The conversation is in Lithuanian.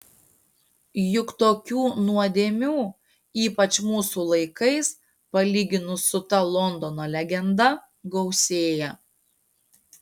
juk tokių nuodėmių ypač mūsų laikais palyginus su ta londono legenda gausėja